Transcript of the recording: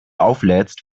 auflädst